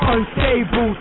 Unstable